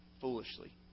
foolishly